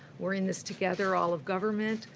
we're in this together, all of government,